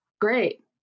Great